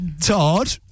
Todd